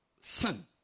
sin